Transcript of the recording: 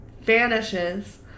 vanishes